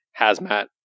hazmat